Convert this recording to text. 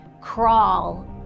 crawl